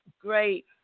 great